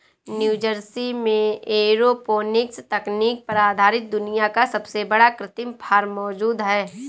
New Jersey में aeroponics तकनीक पर आधारित दुनिया का सबसे बड़ा कृत्रिम फार्म मौजूद है